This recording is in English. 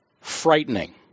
Frightening